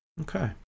Okay